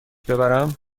ببرم